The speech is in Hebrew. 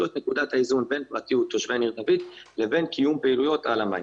את נקודת האיזון בין פרטיות תושבי ניר דוד לבין קיום פעילויות על המים.